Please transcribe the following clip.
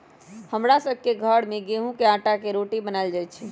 हमरा सभ के घर में गेहूम के अटा के रोटि बनाएल जाय छै